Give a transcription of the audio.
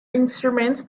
instruments